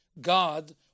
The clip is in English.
God